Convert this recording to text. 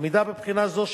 עמידה בבחינה זו,